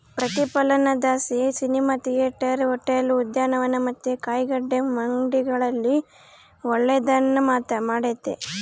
ಪ್ರತಿಫಲನದಲಾಸಿ cinema theatre, hotel, ಉದ್ಯಾನವನ ಮತ್ತೆ ಕಾಯಿಗಡ್ಡೆ ಮಂಡಿಗಳಿಗೆ ಒಳ್ಳೆದ್ನ ಮಾಡೆತೆ